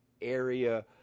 area